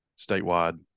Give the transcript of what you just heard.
statewide